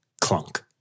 clunk